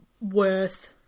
worth